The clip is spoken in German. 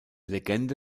legende